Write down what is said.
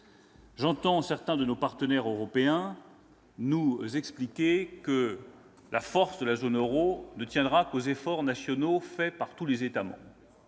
J'entends certains de nos partenaires européens nous expliquer que la force de la zone euro ne tiendra qu'aux efforts nationaux produits par les États membres.